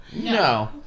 no